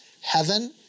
Heaven